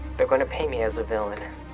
they're going to paint me as a villain.